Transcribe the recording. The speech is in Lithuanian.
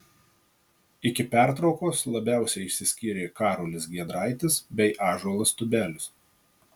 iki pertraukos labiausiai išsiskyrė karolis giedraitis bei ąžuolas tubelis